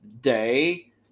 day